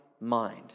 mind